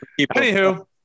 anywho